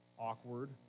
Awkward